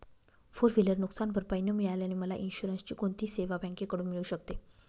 Four wheeler नुकसानभरपाई न मिळाल्याने मला इन्शुरन्सची कोणती सेवा बँकेकडून मिळू शकते?